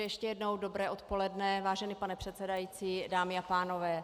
Ještě jednou dobré odpoledne, vážený pane předsedající, dámy a pánové.